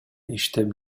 иштеп